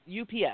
UPS